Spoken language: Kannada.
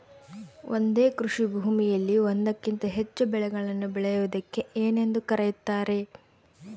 ಒಂದೇ ಕೃಷಿಭೂಮಿಯಲ್ಲಿ ಒಂದಕ್ಕಿಂತ ಹೆಚ್ಚು ಬೆಳೆಗಳನ್ನು ಬೆಳೆಯುವುದಕ್ಕೆ ಏನೆಂದು ಕರೆಯುತ್ತಾರೆ?